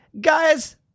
Guys